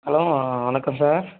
hello வணக்கம் sir